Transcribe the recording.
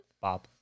Bob